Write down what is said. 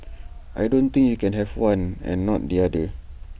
I don't think you can have one and not the other